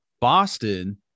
Boston –